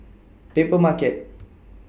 Papermarket